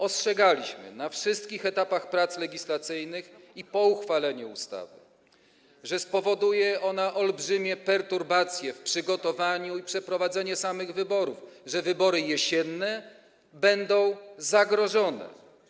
Ostrzegaliśmy na wszystkich etapach prac legislacyjnych i po uchwaleniu ustawy, że spowoduje ona olbrzymie perturbacje w przygotowaniu i przeprowadzeniu samych wyborów, że jesienne wybory będą zagrożone.